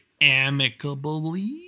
amicably